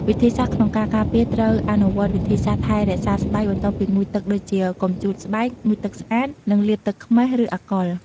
វិធិសាស្ត្រក្នុងការការពារត្រូវអនុវត្តវិធីសាស្រ្តថែរក្សាស្បែកបន្ទាប់ពីងូតទឹកដូចជា កុំជូតស្បែក ងូតទឹកស្អាត និងលាបទឹកខ្មេះ ឬអាល់កុល។